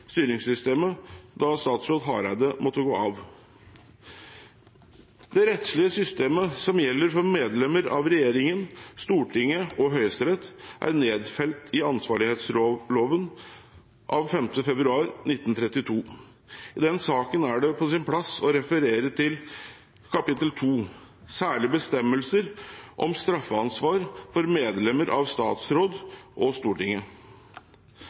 styringssystemet, da statsråd Hareide måtte gå av. Det rettslige systemet som gjelder for medlemmer av regjeringen, Stortinget og Høyesterett, er nedfelt i ansvarlighetsloven av 5. februar 1932. I den saken er det på sin plass å referere til kapittel 2. Særlige bestemmelser om straffansvar for medlemmer av Statsrådet og Stortinget.